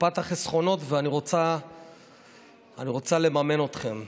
קופת החסכונות, אני רוצה לממן אתכם.